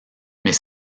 mais